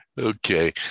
Okay